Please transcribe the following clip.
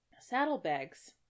Saddlebags